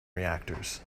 reactors